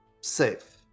safe